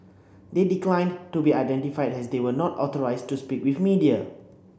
they declined to be identified as they were not authorised to speak with media